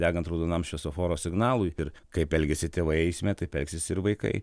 degant raudonam šviesoforo signalui ir kaip elgiasi tėvai eisme taip elgsis ir vaikai